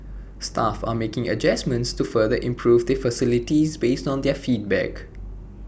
staff are making adjustments to further improve the facilities based on their feedback